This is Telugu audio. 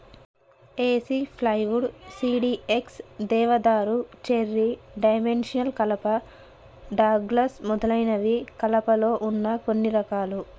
ఏసి ప్లైవుడ్, సిడీఎక్స్, దేవదారు, చెర్రీ, డైమెన్షియల్ కలప, డగ్లస్ మొదలైనవి కలపలో వున్న కొన్ని రకాలు